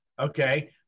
Okay